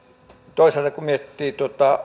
toisaalta kun miettii